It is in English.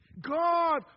God